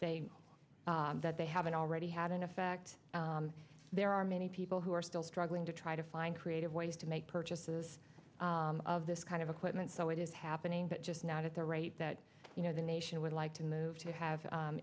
they that they haven't already had an effect there are many people who are still struggling to try to find creative ways to make purchases of this kind of equipment so it is happening but just not at the rate that you know the nation would like to move to